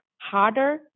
harder